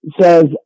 says